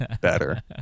better